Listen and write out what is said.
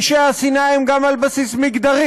פשעי שנאה הם גם על בסיס מגדרי,